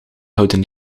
houden